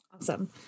Awesome